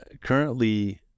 currently